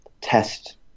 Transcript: test